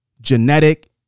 genetic